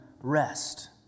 rest